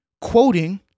quoting